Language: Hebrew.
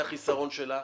זה החיסרון שלה.